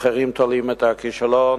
אחרים תולים את הכישלון